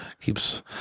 Keeps